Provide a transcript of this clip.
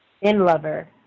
in-lover